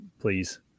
Please